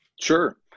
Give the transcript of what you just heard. Sure